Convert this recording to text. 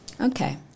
Okay